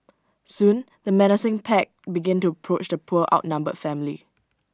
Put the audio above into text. soon the menacing pack began to approach the poor outnumbered family